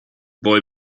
boy